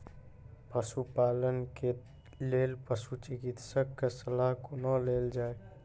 पशुपालन के लेल पशुचिकित्शक कऽ सलाह कुना लेल जाय?